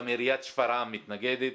גם עיריית שפרעם מתנגדת,